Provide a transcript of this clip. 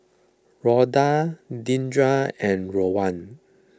Rhoda Deandra and Rowan